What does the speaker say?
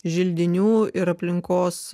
želdinių ir aplinkos